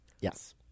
Yes